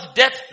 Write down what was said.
death